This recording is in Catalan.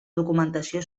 documentació